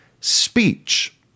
speech